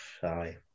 Sorry